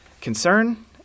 concern